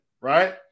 right